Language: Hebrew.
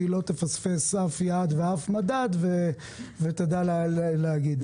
והיא לא תפספס אף יעד ואף מדד ותדע להגיד לי.